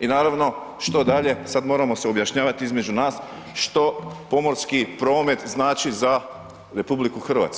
i naravno, što dalje, sad moramo se objašnjavati između nas što pomorski promet znači za RH?